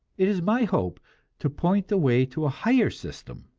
it is my hope to point the way to a higher system.